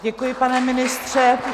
Děkuji, pane ministře.